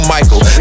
Michael